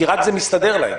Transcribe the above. רק כי זה מסתדר להם.